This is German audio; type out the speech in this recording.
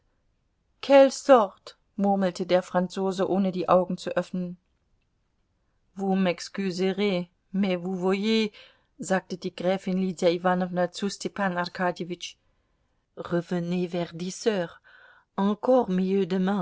murmelte der franzose ohne die augen zu öffnen vous m'excuserez mais vous voyez sagte die gräfin lydia iwanowna zu